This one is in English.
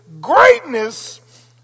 greatness